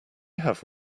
have